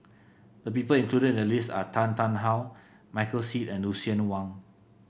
the people included in the list are Tan Tarn How Michael Seet and Lucien Wang